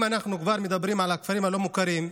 אם אנחנו כבר מדברים על הכפרים הלא-מוכרים,